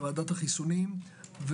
ועדת החיסונים.